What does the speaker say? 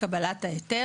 תודה, כבוד היושב-ראש.